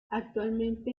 actualmente